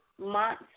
months